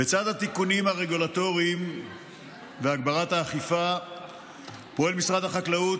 בצד התיקונים הרגולטוריים והגברת האכיפה פועל משרד החקלאות,